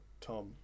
Tom